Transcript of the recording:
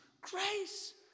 grace